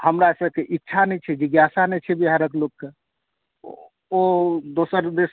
हमरासभकेँ इच्छा नहि छै आ जिज्ञासा नहि छै बिहारक लोककेँ ओ दोसर दिश